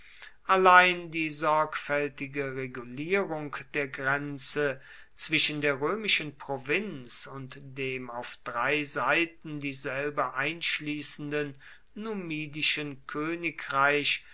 allein die sorgfältige regulierung der grenze zwischen der römischen provinz und dem auf drei seiten dieselbe einschließenden numidischen königreich